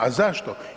A zašto?